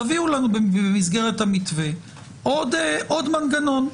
תביאו לנו במסגרת המתווה עוד מנגנון.